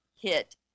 hit